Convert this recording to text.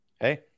Hey